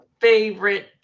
Favorite